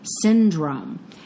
syndrome